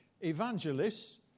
Evangelists